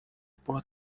por